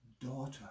Daughter